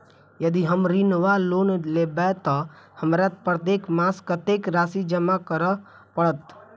यदि हम ऋण वा लोन लेबै तऽ हमरा प्रत्येक मास कत्तेक राशि जमा करऽ पड़त?